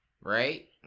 right